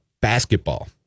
Basketball